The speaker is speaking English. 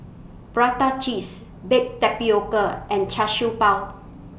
Prata Cheese Baked Tapioca and Char Siew Bao